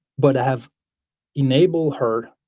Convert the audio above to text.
but i have enabled her